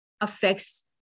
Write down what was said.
affects